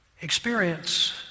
Experience